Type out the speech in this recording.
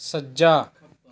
ਸੱਜਾ